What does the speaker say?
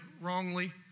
wrongly